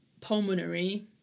pulmonary